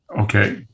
Okay